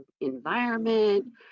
environment